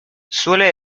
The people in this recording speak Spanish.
suele